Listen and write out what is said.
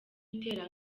itera